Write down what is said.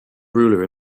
ruler